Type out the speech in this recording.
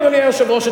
אדוני היושב-ראש,